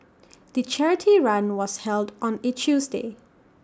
the charity run was held on A Tuesday